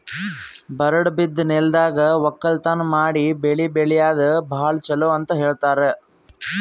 ಬರಡ್ ಬಿದ್ದ ನೆಲ್ದಾಗ ವಕ್ಕಲತನ್ ಮಾಡಿ ಬೆಳಿ ಬೆಳ್ಯಾದು ಭಾಳ್ ಚೊಲೋ ಅಂತ ಹೇಳ್ತಾರ್